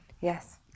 Yes